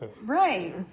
Right